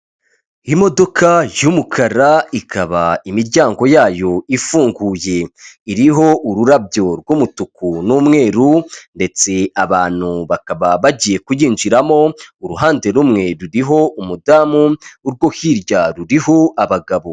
Imodoka y'umukara ikaba imiryango yayo ifunguye iriho ururabyo rw'umutuku n'umweru ndetse abantu bakaba bagiye kuyinjiramo uruhande rumwe ruriho umudamu urwo hirya ruriho abagabo.